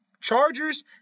Chargers